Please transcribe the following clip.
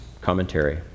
commentary